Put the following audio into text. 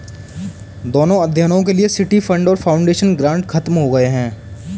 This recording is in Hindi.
दोनों अध्ययनों के लिए सिटी फंड और फाउंडेशन ग्रांट खत्म हो गए हैं